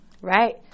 right